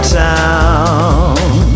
town